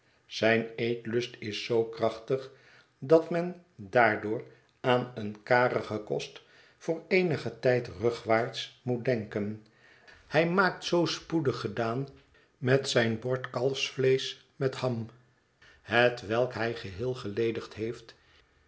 zijn eetlust is zoo krachtig dat men daardoor aan een karigen kost voor eenigen tijd rugwaarts moet denken hij maakt zoo spoedig gedaan met zijn bord kalfsvleesch met ham hetwelk hij geheel geledigd heeft